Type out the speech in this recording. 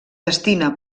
destina